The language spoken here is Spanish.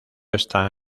está